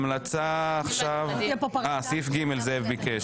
זאב ביקש,